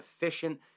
efficient